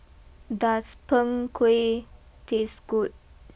does Png Kueh taste good